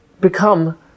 become